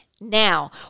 Now